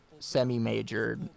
semi-major